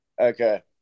Okay